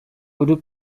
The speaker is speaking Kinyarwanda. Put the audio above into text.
uri